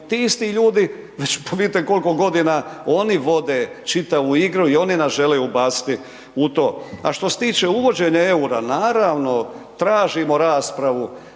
Ti isti ljudi pa vidite koliko godina oni vode čitavu igru i oni nas žele ubaciti u to. A štose tiče uvođenja eura, naravno tražimo raspravu